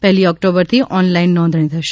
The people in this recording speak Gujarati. પહેલી ઓક્ટોબરથી ઓનલાઇન નોંધણી થશે